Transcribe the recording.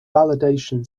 validation